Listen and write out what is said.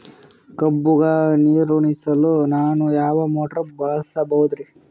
ಕಬ್ಬುಗ ನೀರುಣಿಸಲಕ ನಾನು ಯಾವ ಮೋಟಾರ್ ಬಳಸಬಹುದರಿ?